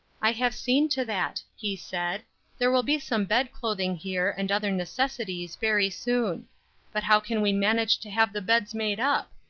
i have seen to that, he said there will be some bed clothing here, and other necessaries very soon but how can we manage to have the beds made up?